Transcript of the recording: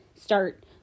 start